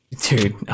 Dude